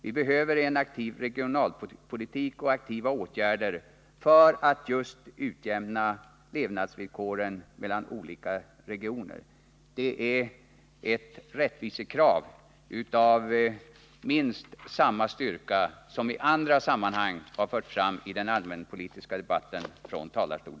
Vi behöver en aktiv regionalpolitik, och åtgärder måste sättas in för att en utjämning skall kunna åstadkommas när det gäller levnadsvillkoren för olika regioner. Det är ett rättvisekrav som måste betonas minst lika starkt som de krav som i andra sammanhang har förts fram i den allmänpolitiska debatten från denna talarstol.